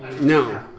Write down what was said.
No